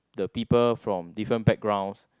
the people from different backgrounds